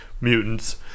mutants